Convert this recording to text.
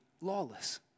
lawless